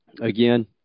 again